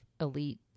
elite